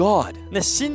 God